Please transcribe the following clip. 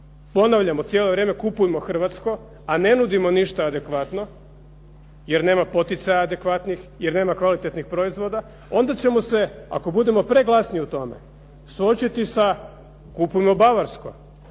ponavljamo cijelo vrijeme kupujmo hrvatsko, a ne nudimo ništa adekvatno jer nema poticaja adekvatnih, jer nema kvalitetnih proizvoda, onda ćemo se ako budemo preglasni u tome, suočiti sa kupujmo bavarsko,